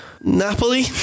Napoli